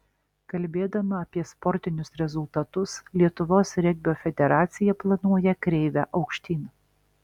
kalbėdama apie sportinius rezultatus lietuvos regbio federacija planuoja kreivę aukštyn